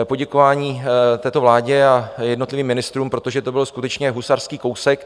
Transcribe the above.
Poděkování této vládě a jednotlivým ministrům, protože to byl skutečně husarský kousek.